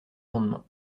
lendemain